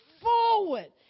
forward